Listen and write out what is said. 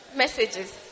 Messages